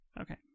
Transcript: Okay